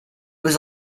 was